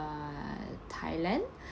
uh thailand